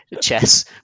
chess